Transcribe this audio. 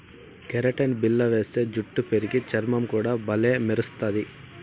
keratin బిల్ల వేస్తే జుట్టు పెరిగి, చర్మం కూడా బల్లే మెరస్తది